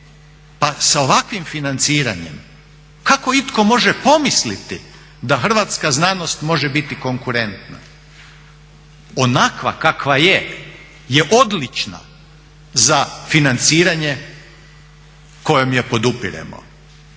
Pa sa ovakvim financiranjem kako itko može pomisliti da hrvatska znanost može biti konkurentna. Onakva kakva je odlična za financiranje kojom je podupiremo.